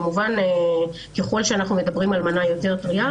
כמובן, ככל שאנחנו מדברים על מנה יותר טרייה.